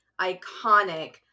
iconic